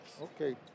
Okay